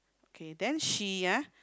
K then she uh